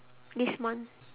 this month